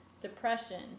depression